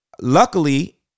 luckily